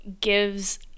gives